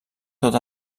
tot